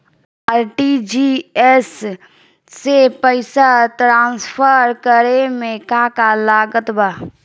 RTGS से पईसा transfer करे मे का का लागत बा?